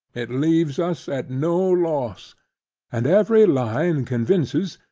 it leaves us at no loss and every line convinces,